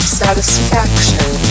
satisfaction